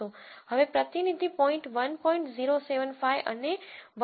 હવે પ્રતિનિધિ પોઈન્ટ 1